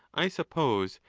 i suppose,